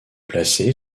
placée